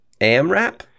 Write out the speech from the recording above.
AMRAP